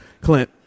Clint